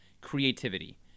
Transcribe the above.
Creativity